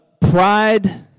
pride